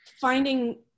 finding